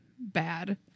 bad